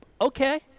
okay